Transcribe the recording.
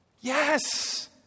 Yes